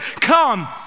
come